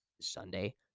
Sunday